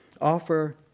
offer